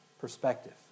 perspective